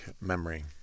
memory